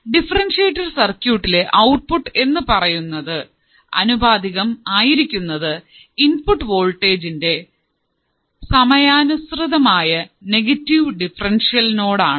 differentiator സർക്യൂട്ടിലെ output എന്നുപറയുന്നത് അനുപാതികം ആയിരിക്കുന്നത് ഇന്പുട്ട് വോൾടേജിന്റെ സമയാനുസൃതമായ നെഗറ്റീവ് ഡിഫറെൻഷ്യലിനോട് ആണ്